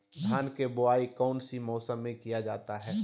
धान के बोआई कौन सी मौसम में किया जाता है?